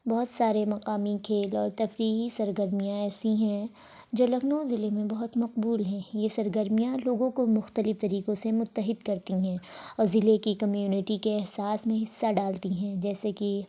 بہت سارے مقامی کھیل اور تفریحی سرگرمیاں ایسی ہیں جو لکھنؤ ضلعے میں بہت مقبول ہیں یہ سرگرمیاں لوگوں کو مختلف طریقوں سے متحد کرتی ہیں اور ضلعے کی کمیونٹی کے احساس میں حصہ ڈالتی ہیں جیسے کہ